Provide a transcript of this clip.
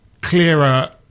clearer